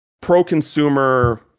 pro-consumer